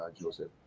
Joseph